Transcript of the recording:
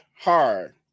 hard